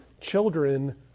children